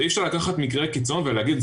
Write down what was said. אי אפשר לקחת מקרה קיצון ולהגיד,